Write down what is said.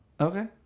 Okay